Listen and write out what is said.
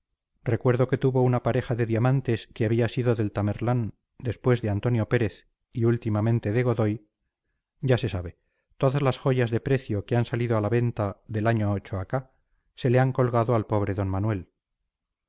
recuerdo que tuvo una pareja de diamantes que había sido del tamerlán después de antonio pérez y últimamente de godoy ya se sabe todas las joyas de precio que han salido a la venta del año acá se le han colgado al pobre d manuel